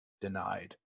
denied